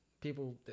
People